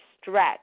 stretch